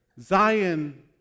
Zion